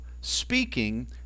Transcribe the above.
speaking